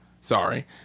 Sorry